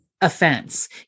offense